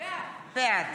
בעד